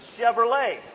Chevrolet